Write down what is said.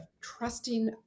trusting